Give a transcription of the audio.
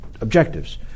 objectives